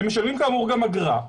הם משלמים כאמור גם אגרה,